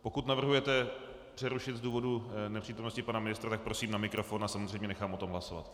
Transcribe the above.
Pokud navrhujete přerušit z důvodu nepřítomnosti pana ministra, tak prosím na mikrofon a samozřejmě o tom nechám hlasovat.